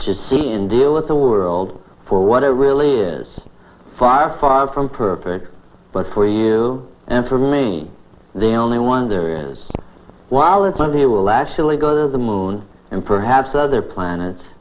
to see and deal with the world for what it really is far far from perfect but for you and for me the only wonder is while it's love you will actually go to the moon and perhaps other planets